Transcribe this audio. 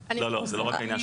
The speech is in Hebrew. בסדר.